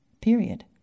period